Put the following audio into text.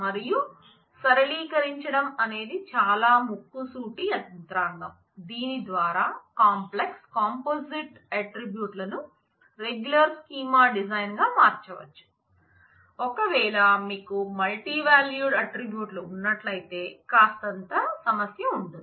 మరియు సరళీకరించడం అనేది చాలా ముక్కుసూటి యంత్రాంగం దీని ద్వారా కాంప్లెక్స్ కాంపోజిట్ ఆట్రిబ్యూట్ ఉన్నట్లయితే కాస్తంత సమస్య ఉంటుంది